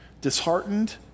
Disheartened